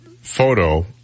photo